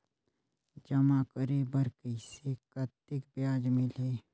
जमा करे बर कइसे कतेक ब्याज मिलही?